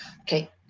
Okay